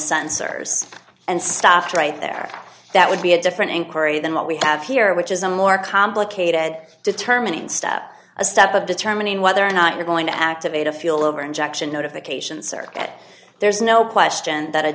sensors and stuff right there that would be a different inquiry than what we have here which is a more complicated determining step a step of determining whether or not you're going to activate a fuel over injection notification circuit there's no question that a